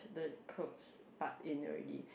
the clothes part in already